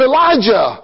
Elijah